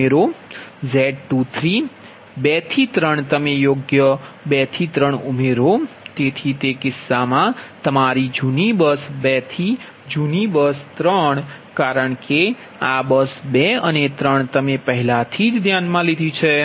Z23 2 થી 3 તમે યોગ્ય 2 થી 3 ઉમેરો તેથી તે કિસ્સામાં તમારી જૂની બસ 2 થી જૂની બસ 3 કારણ કે આ બસ 2 અને 3 તમે પહેલાથી ધ્યાનમાં લીધી છે